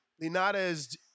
Linares